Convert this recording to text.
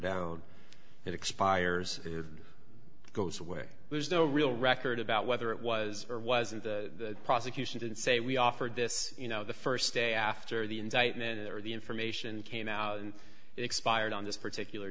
down it expires it goes away there's no real record about whether it was or wasn't the prosecution didn't say we offered this you know the st day after the indictment or the information came out and expired on this particular